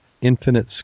Infinite